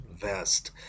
vest